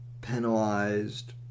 penalized